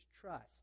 trust